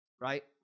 right